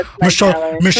Michelle